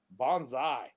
Bonsai